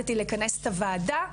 החלטתי לכנס את הוועדה,